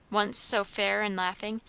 once so fair and laughing,